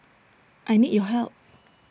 I need your help